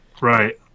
right